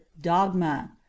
dogma